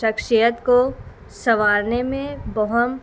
شخصیت کو سنوارنے میں بہم